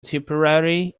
tipperary